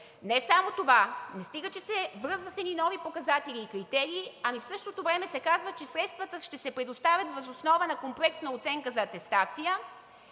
Не само това, не стига, че се връзва с едни нови показатели и критерии, ами в същото време се казва, че средствата ще се предоставят въз основа на комплексна оценка за атестация,